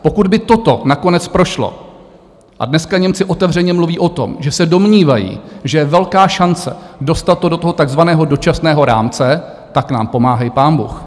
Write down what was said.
Pokud by toto nakonec prošlo a dneska Němci otevřeně mluví o tom, že se domnívají, že je velká šance dostat to do toho takzvaného dočasného rámce tak nám pomáhej pánbůh.